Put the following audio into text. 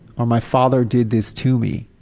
or my father did this to me.